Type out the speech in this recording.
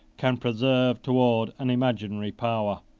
can preserve towards an imaginary power.